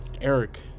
Eric